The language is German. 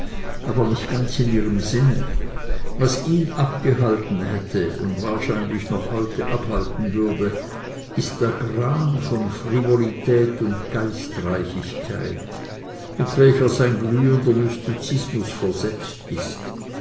aber nicht ganz in ihrem sinne was ihn abgehalten hätte und wahrscheinlich noch heute abhalten würde ist der gran von frivolität und geistreichigkeit mit welcher sein glühender mystizismus versetzt ist